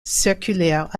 circulaire